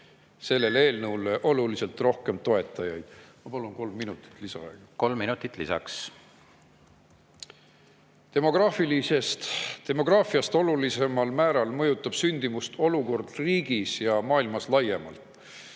sellele eelnõule oluliselt rohkem toetajaid. Ma palun kolm minutit lisaaega. Kolm minutit lisaks. Kolm minutit lisaks. Demograafiast olulisemal määral mõjutab sündimust olukord riigis ja maailmas laiemalt.